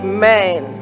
Amen